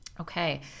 Okay